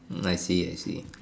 I see I see